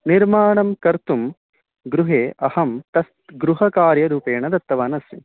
निर्माणं कर्तुं गृहे अहं तत् गृहकार्यरूपेण दत्तवान् अस्मि